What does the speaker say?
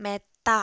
മെത്ത